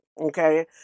okay